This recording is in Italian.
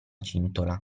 cintola